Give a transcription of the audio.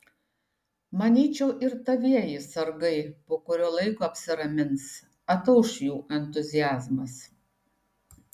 manyčiau ir tavieji sargai po kurio laiko apsiramins atauš jų entuziazmas